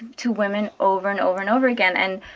to women over and over and over again. and